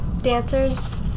dancers